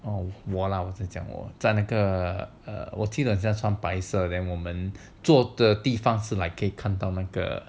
我啦我在讲我在那个 eh 我记得穿白色 then 我们坐的地方 like 可以是看到那个